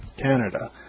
Canada